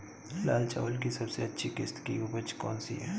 लाल चावल की सबसे अच्छी किश्त की उपज कौन सी है?